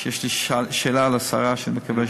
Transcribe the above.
יש לי שאלה לשרה, אני מקווה שהיא תענה.